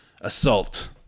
assault